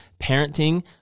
parenting